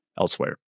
elsewhere